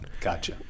Gotcha